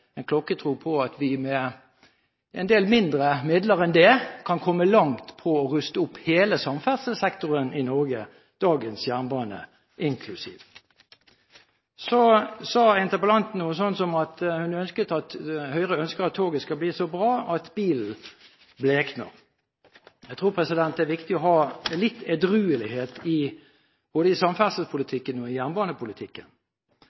på at vi med en del mindre midler enn det kan komme langt når det gjelder å ruste opp hele samferdselssektoren i Norge – dagens jernbane inklusiv. Interpellanten sa noe slikt som at Høyre ønsket at toget skal bli «så bra at bilen blekner». Jeg tror det er viktig å ha litt edruelighet i samferdselspolitikken, i